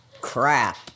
crap